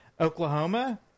Oklahoma